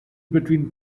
between